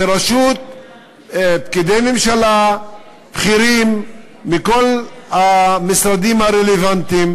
בראשות פקידי ממשלה בכירים מכל המשרדים הרלוונטיים,